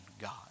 God